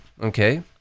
Okay